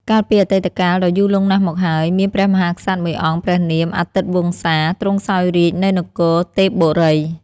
កាលពីអតីតកាលដ៏យូរលង់ណាស់មកហើយ មានព្រះមហាក្សត្រមួយអង្គព្រះនាមអាទិត្យវង្សា ទ្រង់សោយរាជ្យនៅនគរទេពបុរី។